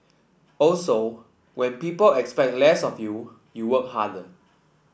also when people expect less of you you work harder